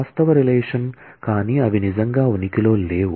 వాస్తవ రిలేషన్ కానీ అవి నిజంగా ఉనికిలో లేవు